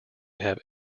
have